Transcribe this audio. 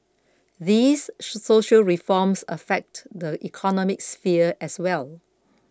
these social reforms affect the economic sphere as well